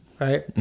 Right